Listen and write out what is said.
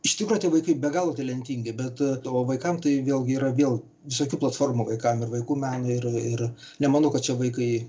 iš tikro tie vaikai be galo talentingi bet tavo vaikam tai vėlgi yra vėl visokių platformų vaikam ir vaikų menui ir ir nemanau kad čia vaikai